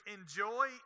enjoy